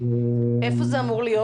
איפה אמור להיות